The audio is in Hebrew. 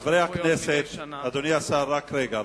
חברי הכנסת, אדוני השר רק רגע.